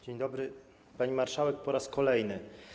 Dzień dobry, pani marszałek, po raz kolejny.